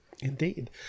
Indeed